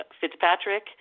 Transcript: Fitzpatrick